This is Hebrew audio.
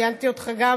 ציינתי גם אותך.